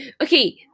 okay